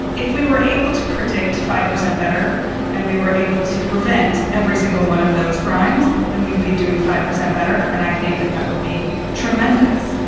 if we were able to predict five percent better and we were able to prevent every single one of those crimes, then we'd be doing five percent better and i think that that would be tremendous.